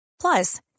Plus